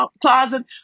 closet